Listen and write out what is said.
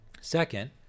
Second